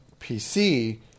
PC